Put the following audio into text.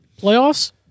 playoffs